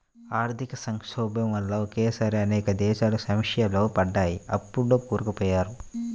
ఆర్థిక సంక్షోభం వల్ల ఒకేసారి అనేక దేశాలు సమస్యల్లో పడ్డాయి, అప్పుల్లో కూరుకుపోయారు